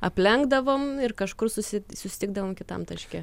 aplenkdavom ir kažkur susi susitikdavom kitam taške